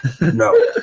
no